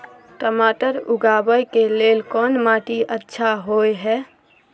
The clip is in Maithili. टमाटर उगाबै के लेल कोन माटी अच्छा होय है?